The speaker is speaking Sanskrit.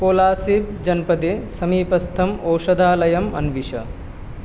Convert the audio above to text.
कोलासिब् जनपदे समीपस्थम् औषधालयम् अन्विष